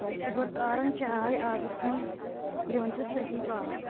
أسۍ چھِ گۄڈٕ کاران چاے آبس منٛز دِوان چھِس صحیٖح پاکھ